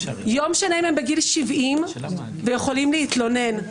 לא משנה אם הם בגיל 70, ויכולים להתלונן.